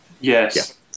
yes